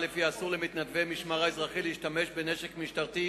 מתנדבי המשמר האזרחי השתמשו בנשק המשטרתי